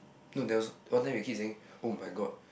no there was one time we keep saying [oh]-my-god